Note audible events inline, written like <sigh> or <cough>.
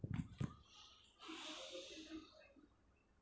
<breath>